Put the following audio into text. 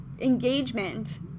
engagement